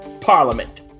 Parliament